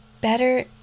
better